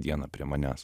dieną prie manęs